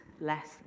less